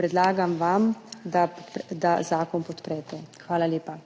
Predlagam vam, da zakon podprete. Hvala lepa.